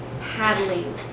paddling